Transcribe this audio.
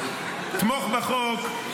תמוך בחוק,